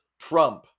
Trump